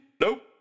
Nope